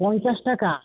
পঞ্চাশ টাকা